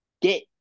get